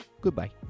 Goodbye